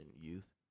youth